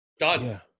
Done